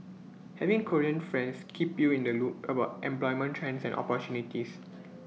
having Korean friends keep you in the loop about employment trends and opportunities